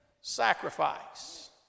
sacrifice